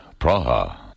Praha